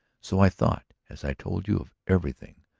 so i thought, as i told you, of everything.